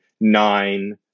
nine